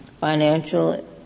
Financial